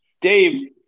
Dave